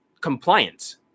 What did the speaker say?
compliance